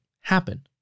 happen